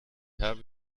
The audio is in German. habe